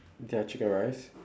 their chicken rice